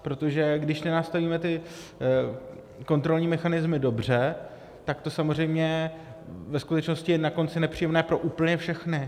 Protože když nenastavíme ty kontrolní mechanismy dobře, tak to samozřejmě ve skutečnosti je na konci nepříjemné úplně pro všechny.